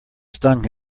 stung